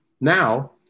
now